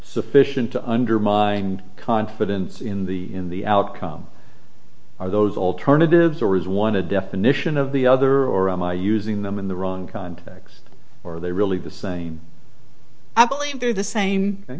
sufficient to undermine confidence in the in the outcome are those alternatives or is one a definition of the other or am i using them in the wrong context or are they really the same i believe they're the same thing